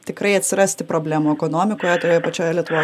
tikrai atsirasti problemų ekonomikoje toje pačioje lietuvos